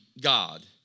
god